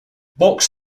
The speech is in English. box